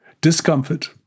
discomfort